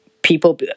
people